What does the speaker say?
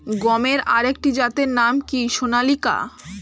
গমের আরেকটি জাতের নাম কি সোনালিকা?